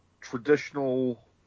traditional